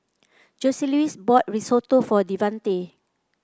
Joseluis bought Risotto for Devante